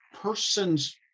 person's